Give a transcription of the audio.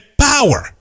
power